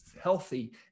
healthy